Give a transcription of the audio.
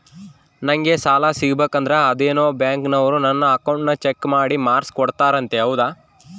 ನಂಗೆ ಸಾಲ ಸಿಗಬೇಕಂದರ ಅದೇನೋ ಬ್ಯಾಂಕನವರು ನನ್ನ ಅಕೌಂಟನ್ನ ಚೆಕ್ ಮಾಡಿ ಮಾರ್ಕ್ಸ್ ಕೋಡ್ತಾರಂತೆ ಹೌದಾ?